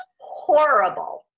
Horrible